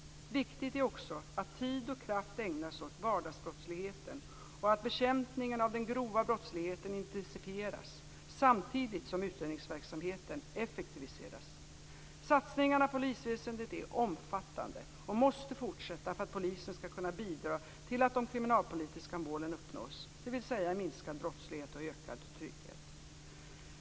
Viktigt är också att tid och kraft ägnas åt vardagsbrottsligheten och att bekämpningen av den grova brottsligheten intensifieras samtidigt som utredningsverksamheten effektiviseras. Satsningarna på polisväsendet är omfattande och måste fortsätta för att polisen skall kunna bidra till att de kriminalpolitiska målen uppnås, dvs. en minskad brottslighet och en ökad trygghet.